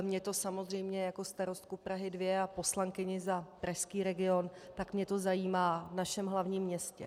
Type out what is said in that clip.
Mě to samozřejmě jako starostku Prahy 2 a poslankyni za pražský region zajímá v našem hlavním městě.